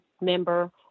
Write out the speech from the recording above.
member